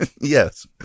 Yes